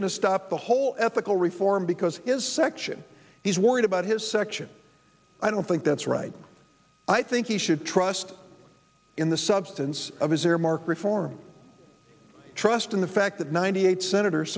going to stop the whole ethical reform because his section he's worried about his section i don't think that's right i think he should trust in the substance of his earmark reform trust in the fact that ninety eight senators